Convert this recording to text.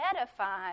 edify